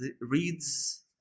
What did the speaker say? reads